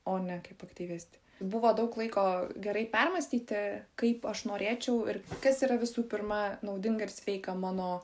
o ne kaip aktyvistė buvo daug laiko gerai permąstyti kaip aš norėčiau ir kas yra visų pirma naudinga ir sveika mano